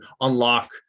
unlock